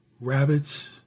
rabbits